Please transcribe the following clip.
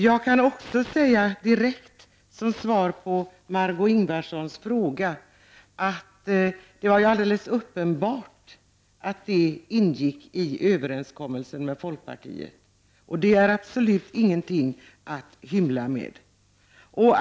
Som svar på Margö Ingvardssons fråga kan jag också säga direkt att det är alldeles uppenbart att detta ingick i överenskommelsen med folkpartiet. Det är absolut ingenting att hymla med.